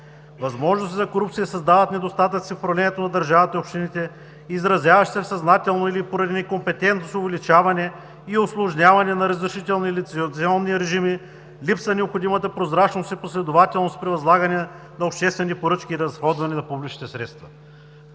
Възможности за корупция създават недостатъците в управлението на държавата и общините, изразяващи се в съзнателно или поради некомпетентност увеличаване и усложняване на разрешителни и лицензионни режими, липса на необходимата прозрачност и последователност при възлагане на обществени поръчки и разходване на публичните средства.“